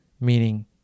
meaning